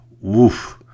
Woof